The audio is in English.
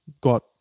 got